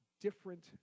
different